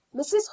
mrs